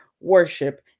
worship